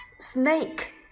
Snake